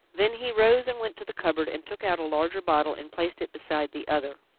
then he rose and went to the cupboard and took out a larger bottle and placed it beside the other.